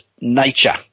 nature